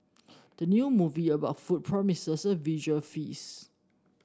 the new movie about food promises a visual feast